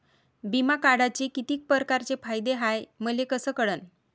बिमा काढाचे कितीक परकारचे फायदे हाय मले कस कळन?